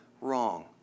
wrong